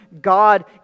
God